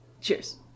Cheers